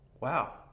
wow